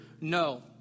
no